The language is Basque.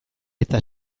eta